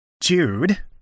Jude